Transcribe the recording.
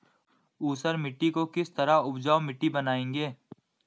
ऊसर मिट्टी को किस तरह उपजाऊ मिट्टी बनाएंगे?